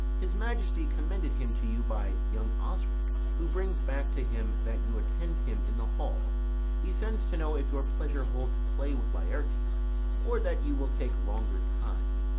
his majesty commended him to you by young osric, who brings back to him that you attend him in the hall he sends to know if your pleasure hold to play with laertes, or that you will take longer time.